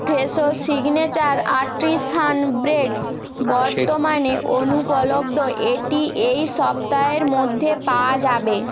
Fresho signature artisan bread বর্তমানে অনুপলব্ধ এটি এই সপ্তাহের মধ্যে পাওয়া যাবে